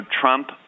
Trump